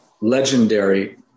legendary